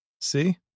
See